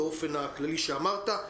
זה הדיון, בוודאי שזה הדיון.